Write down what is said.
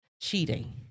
cheating